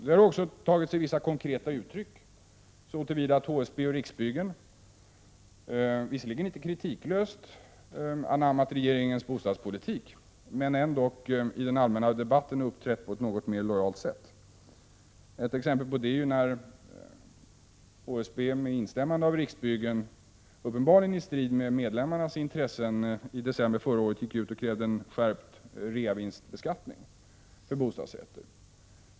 Det har också tagit sig vissa konkreta uttryck — HSB och Riksbyggen har visserligen inte kritiklöst anammat regeringens bostadspolitik men har ändå i den allmänna debatten uppträtt på ett något mer lojalt sätt. Ett exempel på det är att HSB, med instämmande av Riksbyggen och uppenbarligen i strid med medlemmarnas intressen, i december förra året krävde en skärpt reavinstbeskattning på bostadsrätter.